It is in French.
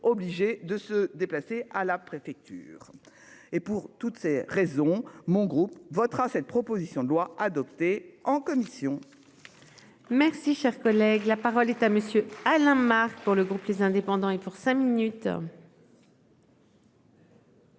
Obligé de se déplacer à la préfecture et pour toutes ces raisons mon groupe votera cette proposition de loi adoptée en commission. Merci, cher collègue, la parole est à monsieur Alain Marc pour le groupe les indépendants et pour cinq minutes.--